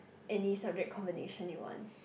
any subject combination you want